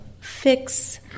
fix